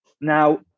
Now